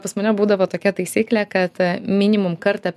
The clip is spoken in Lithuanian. pas mane būdavo tokia taisyklė kad minimum kartą